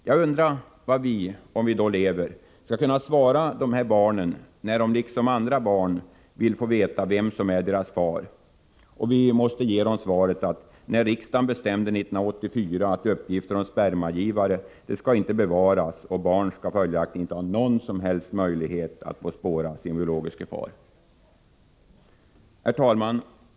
Jag undrar vad vi, om vi då lever, skall svara dessa barn när de liksom andra barn vill få veta vem som är deras far. Vi måste då ge dem svaret att riksdagen 1984 bestämde att uppgifter om spermagivare inte skall bevaras och att barnen följaktligen inte har någon som helst möjlighet att spåra sin biologiske far. Herr talman!